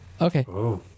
Okay